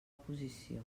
posició